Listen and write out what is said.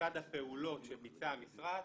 כיצד הפעולות שביצע המשרד